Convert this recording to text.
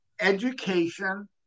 education